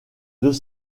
deux